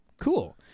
cool